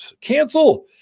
Cancel